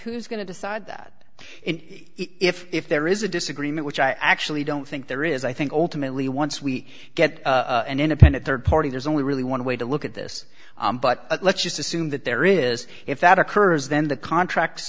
who's going to decide that it is if there is a disagreement which i actually don't think there is i think ultimately once we get an independent third party there's only really one way to look at this but let's just assume that there is if that occurs then the contracts